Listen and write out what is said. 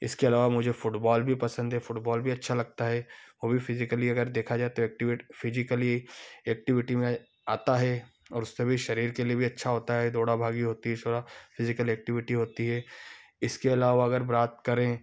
इसके अलावा मुझे फ़ुटबॉल भी पसंद है फ़ुटबॉल भी अच्छा लगता है वह भी फ़िज़िकली अगर देखा जाए तो एक्टिवीट फिज़िकली एक्टिविटी में आता है और उससे भी शरीर के लिए भी अच्छा होता है दौड़ा भागी होती है थोड़ा फ़िज़िकल एक्टिविटी होती है इसके अलावा अगर बात करें